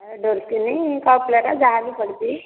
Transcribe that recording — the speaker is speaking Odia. କପ୍ ପ୍ଳେଟ୍ ଯାହା ବି ପଡ଼ିଛି